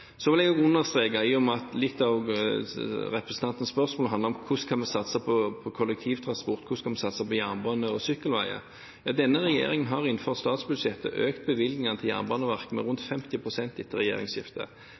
Så vil jeg understreke, i og med at litt av representantens spørsmål handler om hvordan vi skal satse på kollektivtransport, hvordan vi skal satse på jernbane og sykkelveier, at denne regjeringen innenfor statsbudsjettet har økt bevilgningene til Jernbaneverket med rundt 50 pst. etter regjeringsskiftet.